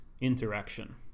interaction